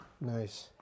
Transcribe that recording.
Nice